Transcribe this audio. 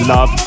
Love